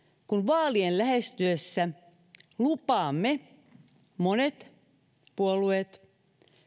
kun vaalien lähestyessä lupaamme monet puolueet